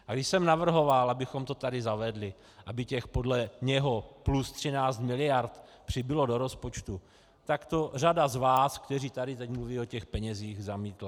A když jsem navrhoval, abychom to tady zavedli, aby těch podle něho plus 13 miliard přibylo do rozpočtu, tak to řada z vás, kteří tady teď mluví o těch penězích, zamítla.